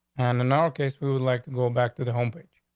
and in our case, we would like to go back to the home page.